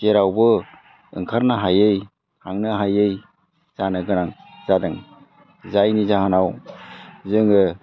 जेरावबो ओंखारनो हायै थांनो हायै जानो गोनां जादों जायनि जाहोनाव जोङो